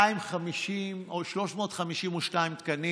352 תקנים,